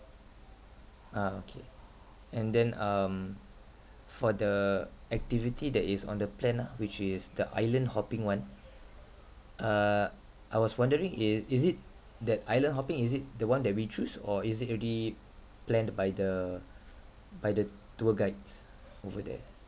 ah okay and then um for the activity that is on the plan ah which is the island hopping [one] uh I was wondering it is it that island hopping is it the one that we choose or is it already planned by the by the tour guides over there